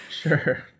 Sure